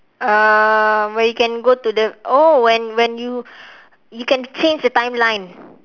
uh where you can go to the oh when when you you can change the timeline